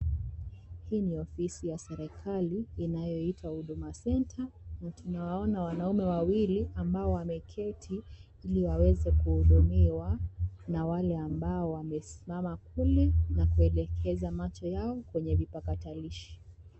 Hii ni ofisi ya serikali inayoitwa Huduma Center na tunawaona wanaume wawili ambao wameketi ili waweze kuhudumiwa na wale ambao wamesimama kule na kuelekeza macho yao kwenye vipatakalishi.